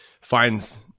finds